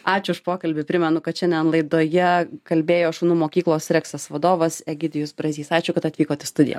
ačiū už pokalbį primenu kad šiandien laidoje kalbėjo šunų mokyklos reksas vadovas egidijus brazys ačiū kad atvykot į studiją